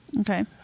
okay